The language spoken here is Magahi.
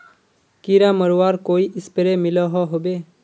कीड़ा मरवार कोई स्प्रे मिलोहो होबे?